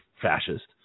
Fascist